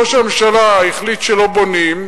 ראש הממשלה החליט שלא בונים.